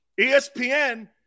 ESPN